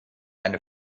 eine